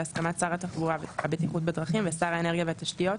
בהסכמת שר התחבורה והבטיחות בדרכים ושר האנרגיה והתשתיות,